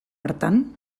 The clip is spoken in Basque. hartan